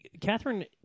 Catherine